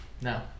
No